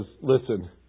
Listen